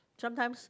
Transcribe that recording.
sometimes